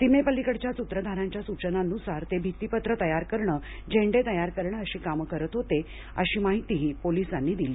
सीमेपलीकडच्या सूत्रधारांच्या सूचनांनुसार ते भित्तीपत्र तयार करणे झेंडे तयार करणे अशी कामं करत होते अशी माहितीही पोलिसांनी दिली